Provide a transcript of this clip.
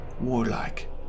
warlike